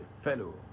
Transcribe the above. fellow